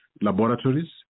laboratories